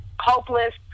hopeless